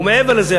ומעבר לזה,